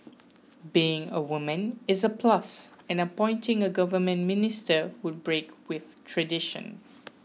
being a woman is a plus and appointing a government minister would break with tradition